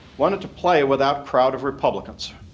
wanted to play with that crowd of republicans.